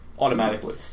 Automatically